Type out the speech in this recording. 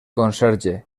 conserge